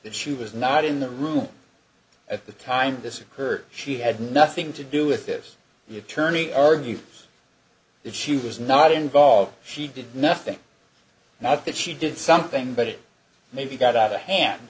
that she was not in the room at the time this occurred she had nothing to do with this the attorney argue that she was not involved she did nothing not that she did something but it maybe got out a hand